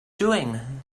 doing